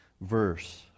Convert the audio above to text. verse